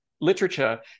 literature